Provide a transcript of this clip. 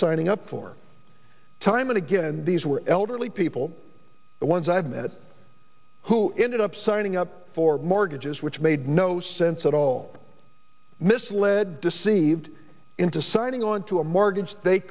signing up for time and again these were elderly people the ones i have met who ended up signing up for mortgages which made no sense at all misled deceived into signing on to a mortgage they